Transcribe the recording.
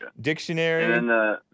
Dictionary